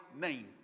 name